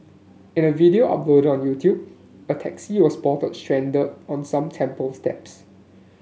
in a video uploaded on a taxi was spotted stranded on some temple steps